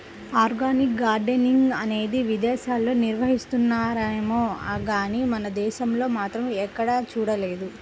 organic gardening అనేది విదేశాల్లో నిర్వహిస్తున్నారేమో గానీ మన దేశంలో మాత్రం ఎక్కడా చూడలేదు